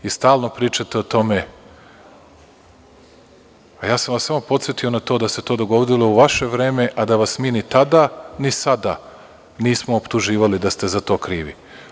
Vi stalno pričate o tome, a ja sam vas samo podsetio na to da se to dogodilo u vaše vreme, a da vas mi ni tada ni sada nismo optuživali da ste za to krivi.